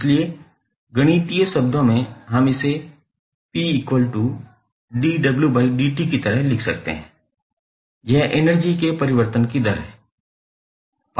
इसलिए गणितीय शब्दों में हम इसे की तरह लिख सकते हैं यह एनर्जी के परिवर्तन की दर है